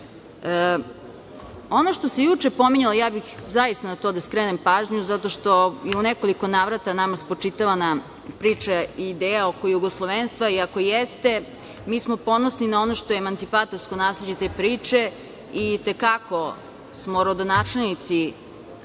što se juče pominjalo, ja bih zaista na to da skrenem pažnju zato što je u nekoliko navrata nama spočitavana priča i ideja oko jugoslovenstva i ako jeste mi smo ponosni na ono što je emancipatorsko nasleđe te priče i i te kako smo rodonačelnici